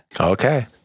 Okay